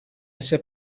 ese